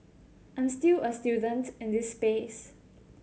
I'm still a student in this space